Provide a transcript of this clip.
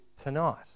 tonight